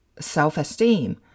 self-esteem